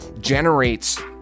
generates